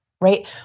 Right